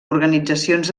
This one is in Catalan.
organitzacions